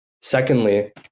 Secondly